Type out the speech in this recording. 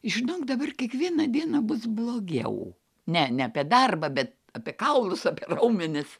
žinok dabar kiekvieną dieną bus blogiau ne ne apie darbą bet apie kaulus apie raumenis